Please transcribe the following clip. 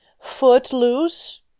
Footloose